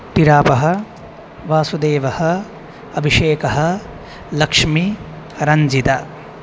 टिरापः वासुदेवः अभिषेकः लक्ष्मी रञ्जितः